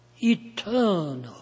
eternal